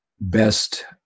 best